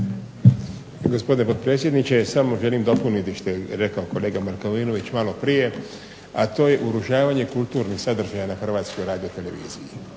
Gospodine potpredsjedniče, samo želim dopuniti što je rekao kolega Markovinović maloprije, a to je urušavanje kulturnih sadržaja na Hrvatskoj radioteleviziji